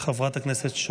חבר הכנסת יבגני סובה,